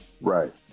right